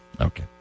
Okay